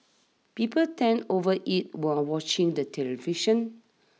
people tend overeat while watching the television